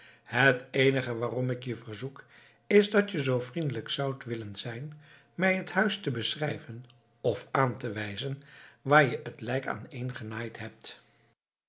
het eenige waarom ik je verzoek is dat je zoo vriendelijk zoudt willen zijn mij het huis te beschrijven of aan te wijzen waar je het lijk aaneengenaaid hebt